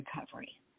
recovery